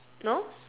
no